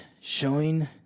showing